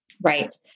Right